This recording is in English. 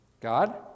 God